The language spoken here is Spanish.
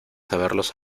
haberlos